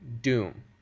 Doom